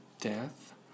death